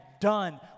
done